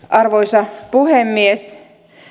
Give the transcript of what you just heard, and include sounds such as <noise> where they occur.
<unintelligible> arvoisa puhemies